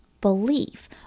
belief